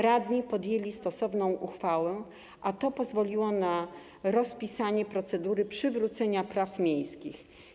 Radni podjęli stosowną uchwałę, a to pozwoliło na rozpisanie procedury przywrócenia praw miejskich.